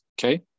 okay